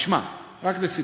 תשמע, רק לסיכום: